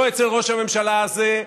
לא אצל ראש הממשלה הזה,